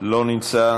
אינו נוכח,